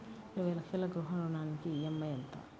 ఇరవై లక్షల గృహ రుణానికి ఈ.ఎం.ఐ ఎంత?